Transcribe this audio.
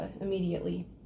immediately